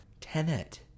Tenet